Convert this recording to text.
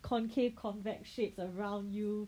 concave convex shape around you